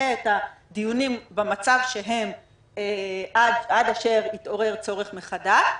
נשהה את הדיונים במצב שהם עד אשר יתעורר צורך מחדש.